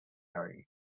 area